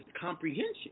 comprehension